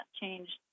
changed